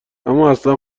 امااصلا